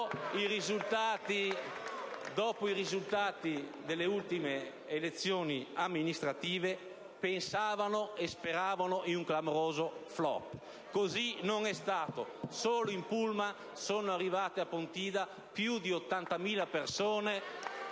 Dopo i risultati delle ultime elezioni amministrative, pensavano e speravano in un clamoroso *flop*, ma così non è stato. Solo in pullman, sono arrivate a Pontida più di 80.000 persone,